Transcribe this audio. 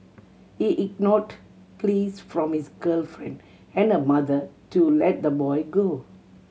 he ignored pleas from his girlfriend and her mother to let the boy go